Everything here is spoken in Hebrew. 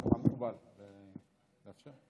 מה מקובל, לאפשר?